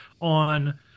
on